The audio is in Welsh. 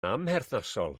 amherthnasol